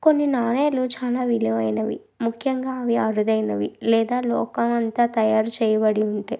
కొన్ని నాణాలు చాలా విలువైనవి ముఖ్యంగా అవి అరుదైనవి లేదా లోహంతో తయారు చేయబడి ఉంటాయి